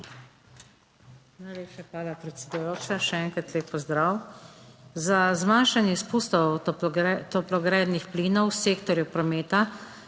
Najlepša hvala predsedujoča, še enkrat lep pozdrav. Za zmanjšanje izpustov toplogrednih plinov v sektorju prometa,